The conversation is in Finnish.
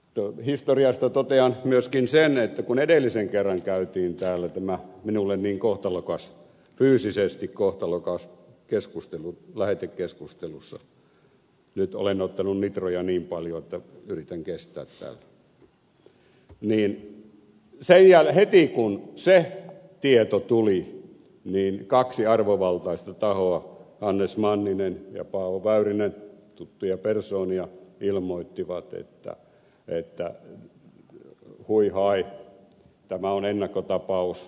historiasta totean myöskin sen että kun edellisen kerran käytiin täällä tämä minulle niin fyysisesti kohtalokas keskustelu lähetekeskustelussa nyt olen ottanut nitroja niin paljon että yritän kestää täällä niin heti kun se tieto tuli kaksi arvovaltaista tahoa hannes manninen ja paavo väyrynen tuttuja persoonia ilmoittivat että hui hai tämä on ennakkotapaus